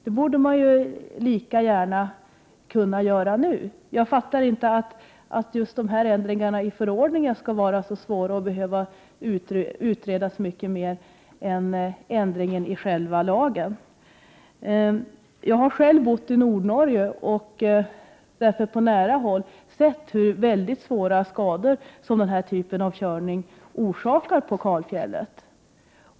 Dem borde man lika gärna kunna genomföra nu. Jag förstår inte att just ändringarna av förordningen skall vara så svåra att göra och behöva utredas mycket mer än ändringen av själva lagen. Jag har själv bott i Nordnorge och därför på nära håll sett hur svåra skador den här typen av körning orsakar på kalfjället.